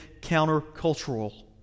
countercultural